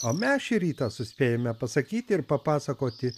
o mes šį rytą suspėjome pasakyti ir papasakoti